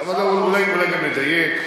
כששר החוץ, אבל בוא רגע נדייק.